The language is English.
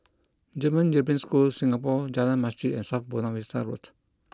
German European School Singapore Jalan Masjid and South Buona Vista Road